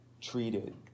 treated